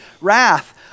wrath